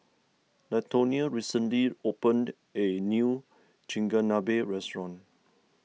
Latonia recently opened a new Chigenabe restaurant